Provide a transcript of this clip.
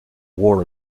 war